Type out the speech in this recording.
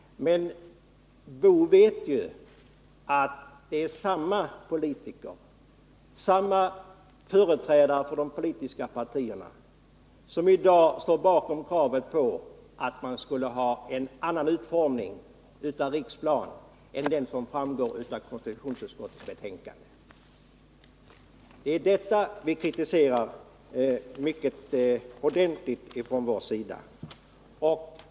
Men Karl Boo vet ju att det är samma företrädare för de politiska partierna som i dag står bakom kravet på en annan utformning av Riksplan än den som framgår av konstitutionsutskottets betänkande. Det är därför som vi framför mycket stark kritik från vår sida.